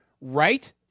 right